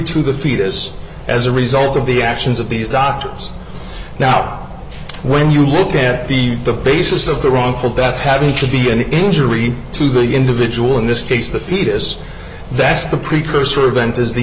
the fetus as a result of the actions of these doctors now when you look at the the basis of the wrongful death having to be any injury to the individual in this case the fetus that's the precursor event is the